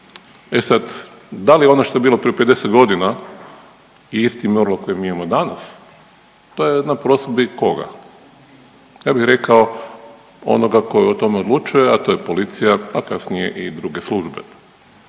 E sad, da li ono što je bilo prije 50 godina i istim normama koje mi imao danas to je na prosudbi koga? Ja bih rekao onoga koji o tome odlučuje, a to je policija, a kasnije i druge službe.